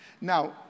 Now